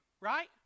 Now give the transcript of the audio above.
Right